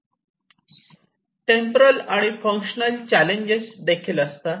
temporal आणि functional challenges देखील असतात